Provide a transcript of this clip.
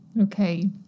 Okay